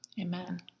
Amen